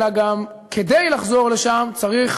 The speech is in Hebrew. אלא גם כדי לחזור לשם צריך